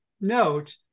note